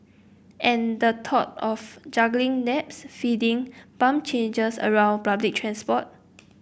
and the thought of juggling naps feeding bum changes around public transport